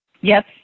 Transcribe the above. Yes